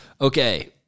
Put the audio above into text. Okay